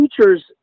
teachers